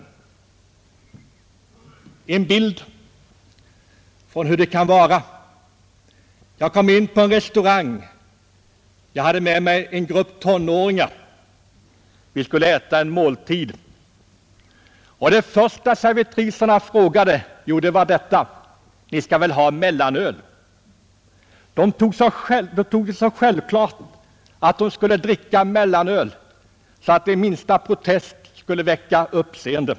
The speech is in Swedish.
Jag skall ge en bild av hur det kan vara. Jag kom in på en restaurang och hade med mig en grupp tonåringar. Vi skulle äta en måltid och servitriserna frågade genast: Ni skall väl ha mellanöl? De ansåg det så självklart att det skulle drickas mellanöl att den minsta protest skulle väcka uppseende.